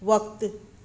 वक़्तु